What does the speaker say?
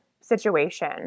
situation